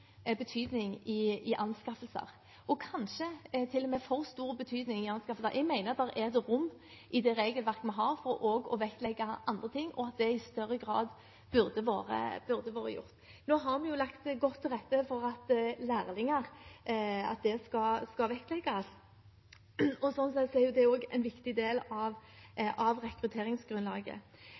betydning i anskaffelser. Jeg mener det er rom i det regelverket vi har, for også å vektlegge andre ting, og at det i større grad burde vært gjort. Nå har vi lagt godt til rette for at lærlinger skal vektlegges. Sånn sett er det også en viktig del av rekrutteringsgrunnlaget.